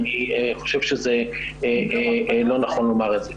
אני חושב שלא נכון לומר את זה.